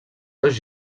dos